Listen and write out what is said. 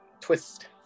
Twist